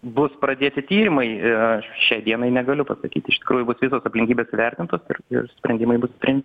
bus pradėti tyrimai aš šiai dienai negaliu pasakyti iš tikrųjų būtų aplinkybės įvertintos ir sprendimai bus priimti